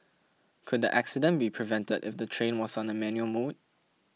could the accident be prevented if the train was on a manual mode